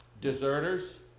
deserters